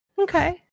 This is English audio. Okay